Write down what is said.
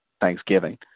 Thanksgiving